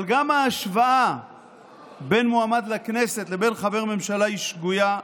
אבל גם ההשוואה בין מועמד לכנסת לבין חבר ממשלה היא שגויה,